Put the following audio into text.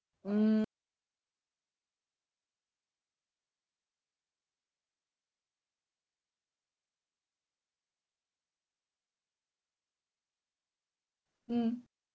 mm mm